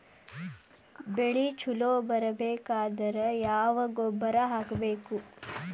ಬೆಳಿ ಛಲೋ ಬರಬೇಕಾದರ ಯಾವ ಗೊಬ್ಬರ ಹಾಕಬೇಕು?